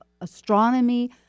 astronomy